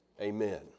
Amen